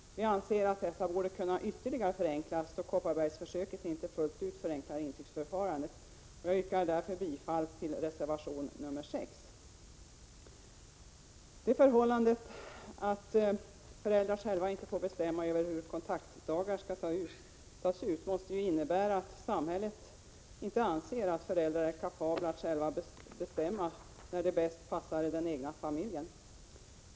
Vi anser att man borde kunna förenkla ytterligare, då Kopparbergsförsöket inte fullt ut förenklar intygsförfarandet. Jag yrkar därför bifall till reservation nr 6. Det förhållandet att föräldrar själva inte får bestämma hur kontaktdagar skall tas ut måste ju innebära att samhället inte anser att föräldrar är kapabla att själva bestämma när det bäst passar den egna familjen.